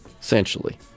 essentially